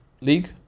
league